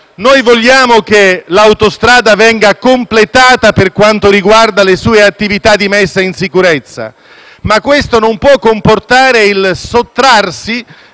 Noi vogliamo che l'autostrada venga completata per quanto riguarda le sue attività di messa in sicurezza, ma questo non può comportare il sottrarsi